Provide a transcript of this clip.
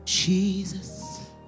Jesus